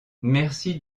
merci